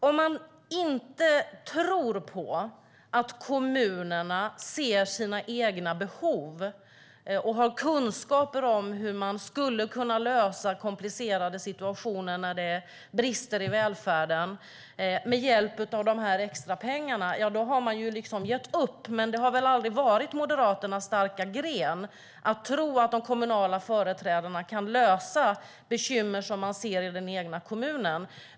Om man inte tror på att kommunerna ser sina egna behov och har kunskaper om hur de skulle kunna lösa komplicerade situationer när det brister i välfärden med hjälp av de här extra pengarna, då har man liksom gett upp. Men det har väl aldrig varit Moderaternas starka gren att tro att de kommunala företrädarna kan lösa bekymmer som de ser i den egna kommunen.